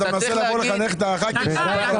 כשאתה מנסה לחנך את חברי הכנסת.